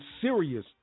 serious